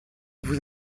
vous